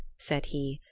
said he,